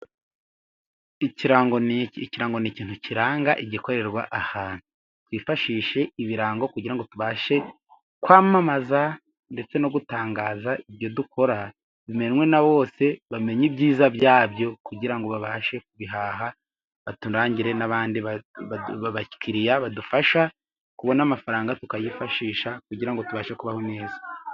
Ikirango ni iki? Ikirango ni ikintu kiranga igikorerwa ahantu, twifashishe ibirango kugira ngo tubashe kwamamaza ndetse no gutangaza ibyo dukora bimenwe na bose bamenya ibyiza byabyo kugira ngo babashe kubihaha, baturangire n'abandi bakiriya badufasha kubona amafaranga, tukayifashisha kugira ngo tubashe kubaho neza.